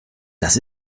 das